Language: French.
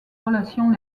relations